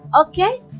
Okay